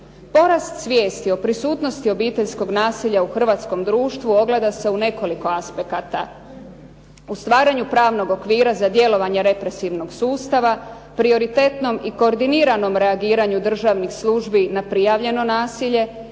Porast svijesti o prisutnosti obiteljskog nasilja u hrvatskom društvu ogleda se u nekoliko aspekata. U stvaranju pravnog okvira za djelovanje represivnog sustava, prioritetnom i koordiniranom reagiranju državnih službi na prijavljeno nasilje,